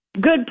Good